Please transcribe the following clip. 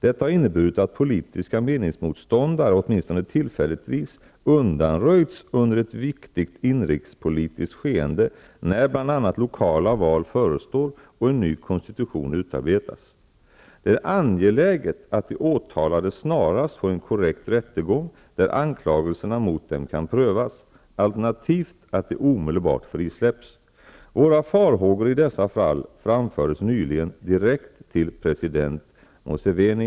Detta har inneburit att politiska meningsmotståndare åtminstone tillfälligtvis undanröjts under ett viktigt inrikespolitiskt skeende när bl.a. lokala val förestår och en ny konstitution utarbetas. Det är angeläget att de åtalade snarast får en korrekt rättegång där anklagelserna mot dem kan prövas, alternativt att de omedelbart frisläpps. Våra farhågor i dessa fall framfördes nyligen direkt till president Museveni.